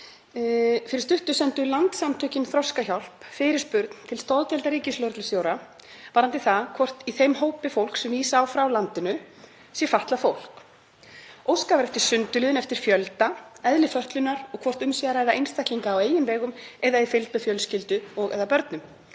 Fyrir stuttu sendu Landssamtökin Þroskahjálp fyrirspurn til stoðdeildar ríkislögreglustjóra varðandi það hvort í þeim hópi fólks sem vísa á frá landinu sé fatlað fólk. Óskað er eftir sundurliðun eftir fjölda, eðli fötlunar og hvort um sé að ræða einstaklinga á eigin vegum eða í fylgd með fjölskyldu og/eða börnum,